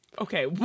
Okay